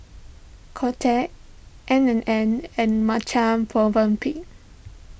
Kotex N ana N and Marche Movenpick